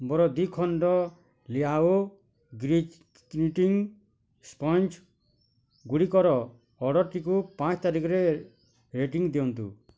ମୋର ଦି ଖଣ୍ଡ ଲିଆଓ ଗ୍ରୀଜ୍ ଚିଂଟିଙ୍ଗ୍ ସ୍ପଞ୍ଜ୍ ଗୁଡ଼ିକର ଅର୍ଡ଼ର୍ଟିକୁ ପାଞ୍ଚ ତାରିକରେ ରେଟିଙ୍ଗ୍ ଦିଅନ୍ତୁ